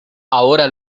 ahora